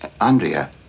Andrea